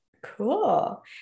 Cool